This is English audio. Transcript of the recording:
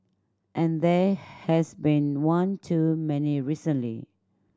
and there has been one too many recently